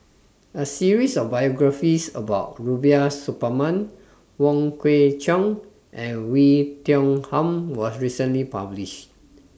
A series of biographies about Rubiah Suparman Wong Kwei Cheong and Oei Tiong Ham was recently published